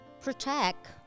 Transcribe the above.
protect